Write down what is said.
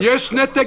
יש נתק